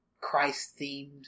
Christ-themed